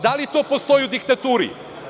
Da li to postoji u diktaturi?